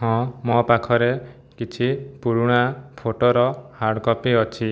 ହଁ ମୋ ପାଖରେ କିଛି ପୁରୁଣା ଫଟୋର ହାର୍ଡ଼ କପି ଅଛି